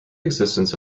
existence